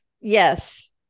Yes